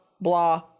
blah